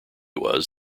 was